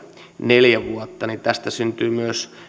neljä vuotta niin tästä syntyy myös